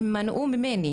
הם מנעו ממני